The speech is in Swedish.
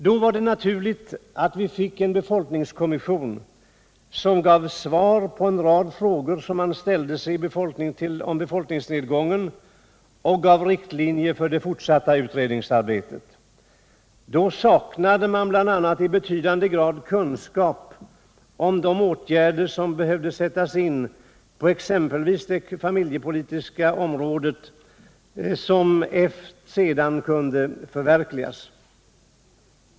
Då var det naturligt att vi fick en befolkningskommission som gav svar på en rad frågor som man ställde sig om befolkningsnedgången och gav riktlinjer för det fortsatta utredningsarbetet. Då saknade man i betydande grad kunskap om de åtgärder som behövde sättas in på exempelvis det familjepolitiska området och som sedan kunde förverkligas.